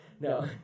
No